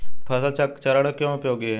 फसल चरण क्यों उपयोगी है?